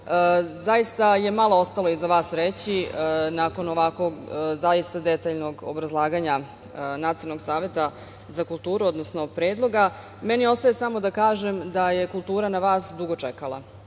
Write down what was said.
zaista je malo ostalo iza vas reći nakon ovako zaista detaljnog obrazlaganja Nacionalnog saveta za kulturu, odnosno predloga. Meni ostaje samo da kažem da je kultura na vas dugo čekala